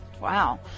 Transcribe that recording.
Wow